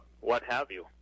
what-have-you